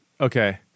Okay